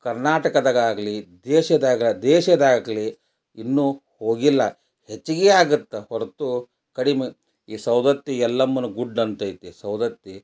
ಕರ್ನಾಟಕದಗಾಗಲಿ ದೇಶದಾಗ ದೇಶದಾಗಲಿ ಇನ್ನೂ ಹೋಗಿಲ್ಲ ಹೆಚ್ಚಿಗೆ ಆಗತ್ತೆ ಹೊರತು ಕಡಿಮೆ ಈ ಸವದತ್ತಿ ಎಲ್ಲಮ್ಮನ ಗುಡ್ಡ ಅಂತೈತಿ ಸವದತ್ತಿ